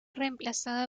reemplazada